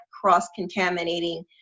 cross-contaminating